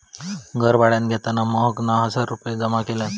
घर भाड्यान घेताना महकना हजार रुपये जमा केल्यान